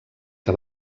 que